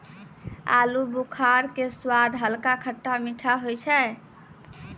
आलूबुखारा के स्वाद हल्का खट्टा मीठा होय छै